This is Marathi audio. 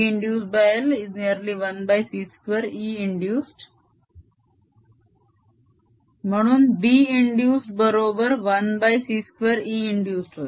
Binduced l1c2Einduced म्हणून B इंदुस्ड बरोबर 1c2 E इंदुस्ड होय